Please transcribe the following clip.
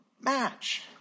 match